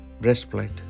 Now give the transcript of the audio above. breastplate